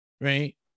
right